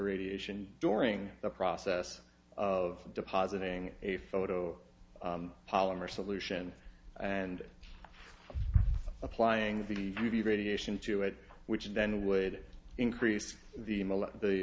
irradiation during the process of depositing a photo polymer solution and applying the u v radiation to it which then would increase the the